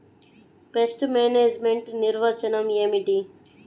Pest management నిర్వచనం ఏమిటి?